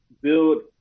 build